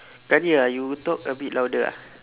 can't hear ah you talk a bit louder ah